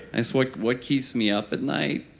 and so like what keeps me up at night?